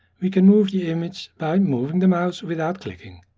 we can move the image by moving the mouse without clicking.